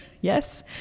Yes